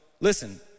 listen